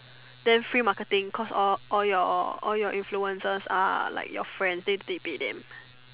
then free marketing cause all all your all your influences are like your friend then they pay them